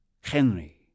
Henry